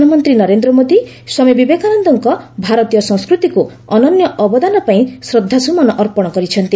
ପ୍ରଧାନମନ୍ତ୍ରୀ ନରେନ୍ଦ୍ର ମୋଦି ସ୍ୱାମୀ ବିବେକାନନ୍ଦଙ୍କ ଭାରତୀୟ ସଂସ୍କୃତିକୁ ଅନନ୍ୟ ଅବଦାନ ପାଇଁ ଶ୍ରଦ୍ଧାସୁମନ ଅର୍ପଣ କରିଛନ୍ତି